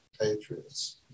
Patriots